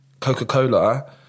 coca-cola